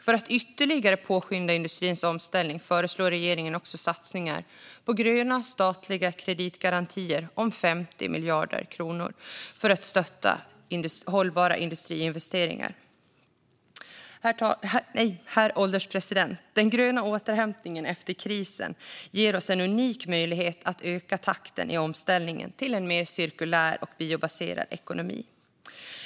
För att ytterligare påskynda industrins omställning föreslår regeringen också satsningar på gröna statliga kreditgarantier om 50 miljarder kronor för att stötta hållbara industriinvesteringar. Herr ålderspresident! Den gröna återhämtningen efter krisen ger oss en unik möjlighet att öka takten i omställningen till en mer cirkulär och biobaserad ekonomi.